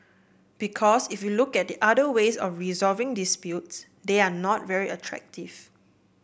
because if you look at the other ways of resolving disputes they are not very attractive